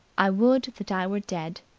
i would that i were dead!